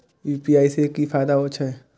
UPI से की फायदा हो छे?